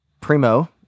Primo